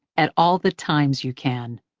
at all the times you can,